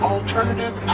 Alternative